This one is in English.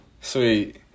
Sweet